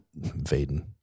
vaden